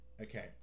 Okay